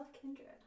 kindred